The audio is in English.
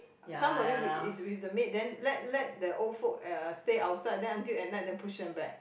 some of you is with the maid then let let the old folk uh stay outside then until at night then push them back